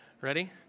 Ready